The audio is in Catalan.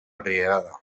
rierada